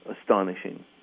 astonishing